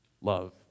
love